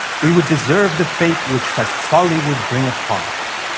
we would deserve the fate which such folly would bring upon us.